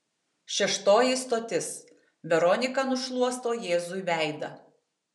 šeštoji stotis veronika nušluosto jėzui veidą